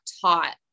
taught